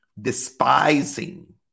despising